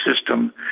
system